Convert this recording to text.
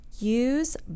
use